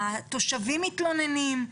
התושבים מתלוננים,